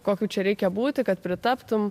kokiu čia reikia būti kad pritaptum